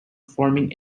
forming